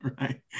right